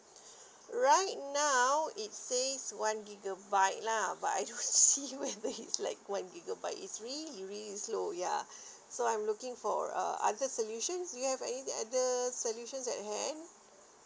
right now it says one gigabyte lah but I don't see when they it like one gigabyte it's really really slow ya so I'm looking for uh other solutions do you have any other solutions at hand